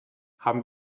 haben